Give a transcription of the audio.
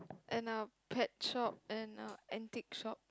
and a pet shop and a antique shop